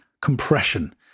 compression